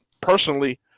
personally